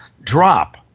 drop